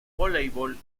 voleibol